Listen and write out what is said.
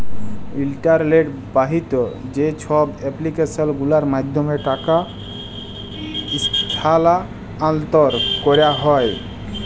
ইলটারলেট বাহিত যা ছব এপ্লিক্যাসল গুলার মাধ্যমে টাকা ইস্থালাল্তর ক্যারা হ্যয়